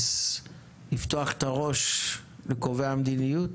אני מקווה שנצליח לפתוח את הראש לקובעי המדיניות.